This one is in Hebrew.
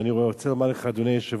ואני רוצה לומר לך, אדוני היושב-ראש,